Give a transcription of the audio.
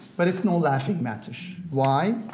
but it's no laughing matter. why?